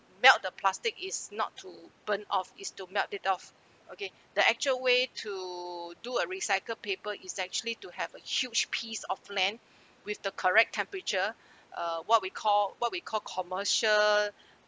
melt the plastic is not to burn off is to melt it off okay the actual way to do a recycled paper is actually to have a huge piece of land with the correct temperature uh what we call what we call commercial